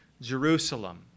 Jerusalem